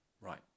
right